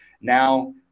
now